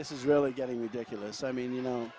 this is really getting ridiculous i mean you know